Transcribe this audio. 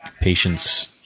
patience